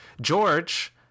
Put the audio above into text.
George